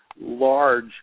Large